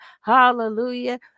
hallelujah